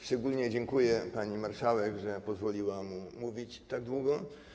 Szczególnie dziękuję pani marszałek, że pozwoliła mu mówić tak długo.